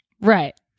Right